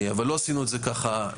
אבל לא עשינו את זה לבד.